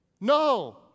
No